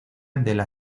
della